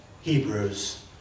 Hebrews